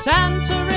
Santa